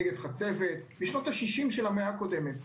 נגד חצבת בשנות ה-60' של המאה הקודמת.